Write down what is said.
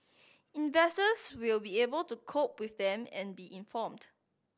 investors will be able to cope with them and be informed